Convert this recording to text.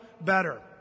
better